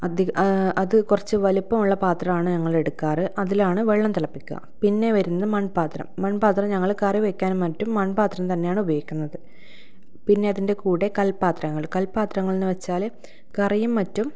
അതിൽ അത് കുറച്ചു വലിപ്പമുള്ള പാത്രമാണ് ഞങ്ങളെടുക്കാറ് അതിലാണ് വെള്ളം തിളപ്പിക്കുക പിന്നെ വരുന്നത് മൺപാത്രം മൺപാത്രം ഞങ്ങൾ കറി വെയ്ക്കാനും മറ്റും മൺപാത്രം തന്നെയാണ് ഉപയോഗിക്കുന്നത് പിന്നെ അതിൻ്റെ കൂടെ കൽപാത്രങ്ങൾ കൽപാത്രങ്ങളെന്ന് വച്ചാൽ കറിയും മറ്റും